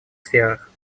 сферах